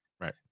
right